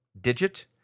digit